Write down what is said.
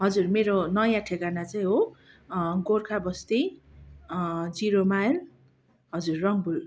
हजुर मेरो नयाँ ठेगाना चाहिँ हो गोर्खा बस्ती जिरो माइल हजुर रङ्बुल